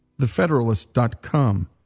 thefederalist.com